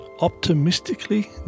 optimistically